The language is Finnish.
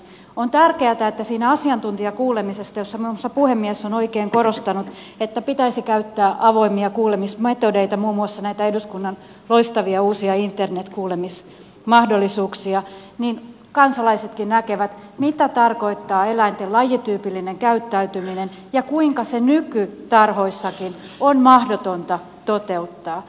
on tärkeätä että siinä asiantuntijakuulemisessa josta muun muassa puhemies on oikein korostanut että pitäisi käyttää avoimia kuulemismetodeita muun muassa näitä eduskunnan loistavia uusia internet kuulemismahdollisuuksia kansalaisetkin näkevät mitä tarkoittaa eläinten lajityypillinen käyttäytyminen ja kuinka se nykytarhoissakin on mahdotonta toteuttaa